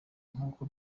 nkuko